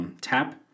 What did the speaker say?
Tap